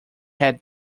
had